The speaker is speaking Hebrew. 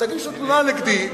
תגישו תלונה נגדי,